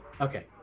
okay